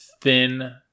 thin